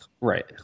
right